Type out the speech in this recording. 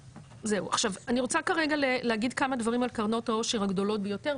עכשיו אני רוצה כרגע להגיד כמה דברים על קרנות העושר הגדולות ביותר,